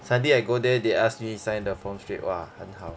sekali I go there they ask me to sign the form straight !wah! 很好